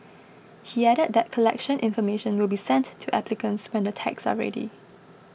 he added that collection information will be sent to applicants when the tags are ready